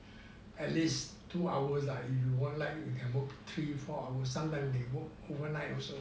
at least two hours lah if you like you can work three or four hours sometime they work overnight also